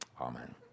amen